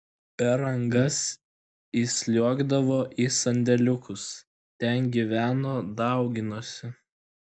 per angas įsliuogdavo į sandėliukus ten gyveno dauginosi